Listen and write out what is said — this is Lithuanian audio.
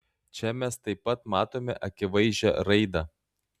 čia mes taip pat matome akivaizdžią raidą